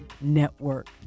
network